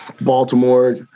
Baltimore